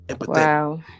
Wow